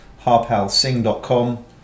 harpalsing.com